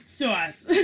sauce